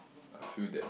I feel damn